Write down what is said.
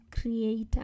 creator